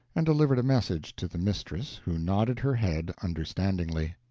and delivered a message to the mistress, who nodded her head understandingly.